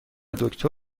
دکتر